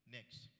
Next